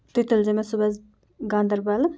تُہۍ تُلۍزیو مےٚ صُبحَس گاندربَلہٕ